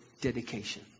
dedication